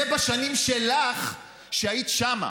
זה בשנים שלך, כשהיית שם,